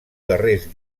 darrers